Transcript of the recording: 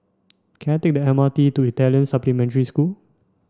can I take the M R T to Italian Supplementary School